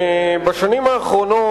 בשנים האחרונות,